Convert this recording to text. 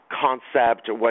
concept